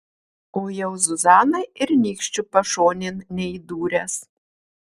o jau zuzanai ir nykščiu pašonėn neįdūręs